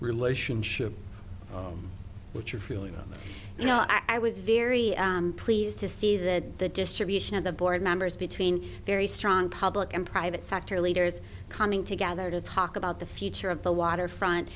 relationship which you feel you know you know i was very pleased to see that the distribution of the board members between very strong public and private sector leaders coming together to talk about the future of the waterfront